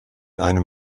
einem